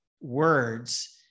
words